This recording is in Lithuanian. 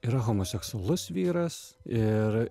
ir homoseksualus vyras ir